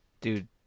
dude